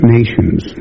Nations